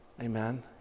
Amen